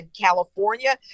California